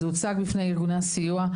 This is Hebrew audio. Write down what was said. זה הוצג בפני ארגוני הסיוע.